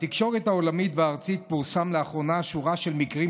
בתקשורת העולמית והארצית פורסמה לאחרונה שורה של מקרים